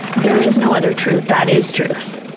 there is no other truth. that is truth.